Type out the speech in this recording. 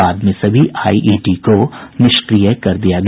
बाद में सभी आईईडी को निष्क्रिय कर दिया गया